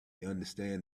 understand